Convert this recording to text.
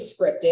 scripted